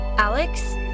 Alex